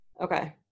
Okay